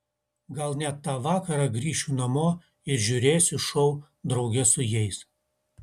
gal net tą vakarą grįšiu namo ir žiūrėsiu šou drauge su jais